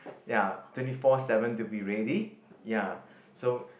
ya twenty four seven to be ready ya so